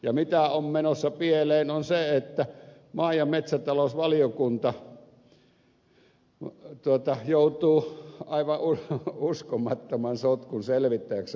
ja se mikä on menossa pieleen on se että maa ja metsätalousvaliokunta joutuu aivan uskomattoman sotkun selvittäjäksi